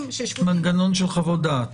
מנגנון של חוות דעת.